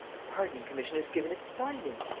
the pardoning-commission has given its finding.